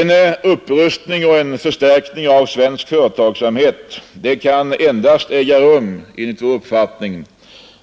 En upprustning och en förstärkning av svensk företagsamhet kan enligt vår uppfattning endast äga rum